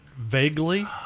vaguely